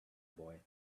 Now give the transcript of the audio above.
boy